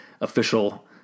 official